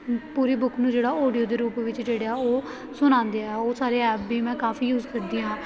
ਪੂਰੀ book ਨੂੰ ਜਿਹੜਾ audio ਦੇ ਰੂਪ ਵਿੱਚ ਜਿਹੜਾ ਉਹ ਸੁਣਾਉਂਦੇ ਆ ਉਹ ਸਾਰੇ ਐਪ ਵੀ ਮੈਂ ਕਾਫ਼ੀ ਯੂਜ ਕਰਦੀ ਹਾਂ